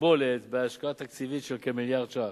קיבולת בהשקעה תקציבית של כמיליארד ש"ח.